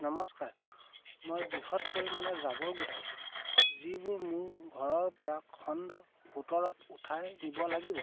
নমস্কাৰ মই বৃহৎ পৰিমাণৰ জাবৰ গোটাইছোঁ যিবোৰ মোৰ ঘৰৰ পৰা খণ্ড সোতৰত উঠাই নিব লাগিব